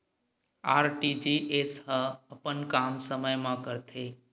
RTGS ह अपन काम समय मा करथे?